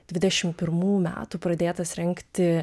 dvidešimt pirmų metų pradėtas rengti